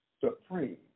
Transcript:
supreme